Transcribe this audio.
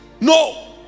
No